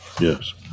yes